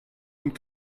und